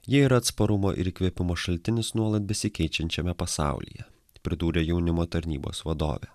ji ir atsparumo ir įkvėpimo šaltinis nuolat besikeičiančiame pasaulyje pridūrė jaunimo tarnybos vadovė